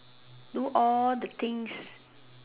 do all the things